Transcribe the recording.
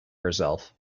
herself